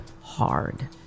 hard